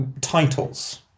titles